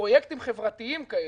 פרויקטים חברתיים כאלה,